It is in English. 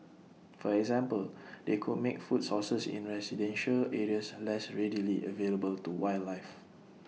for example they could make food sources in residential areas unless readily available to wildlife